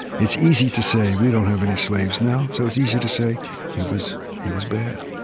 it's easy to say we don't have any slaves now so it's easy to say he was he was bad.